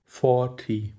forty